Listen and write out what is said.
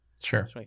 Sure